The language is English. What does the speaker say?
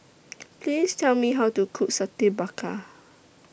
Please Tell Me How to Cook Satay Babat